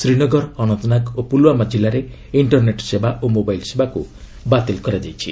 ଶ୍ରୀନଗର ଅନନ୍ତନାଗ ଓ ପୁଲୁୱାମା ଜିଲ୍ଲାରେ ଇଷ୍ଟରନେଟ୍ ସେବା ଓ ମୋବାଇଲ୍ ସେବାକୁ ବାତିଲ କରାଯାଇଛି